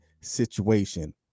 situation